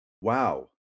wow